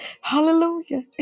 Hallelujah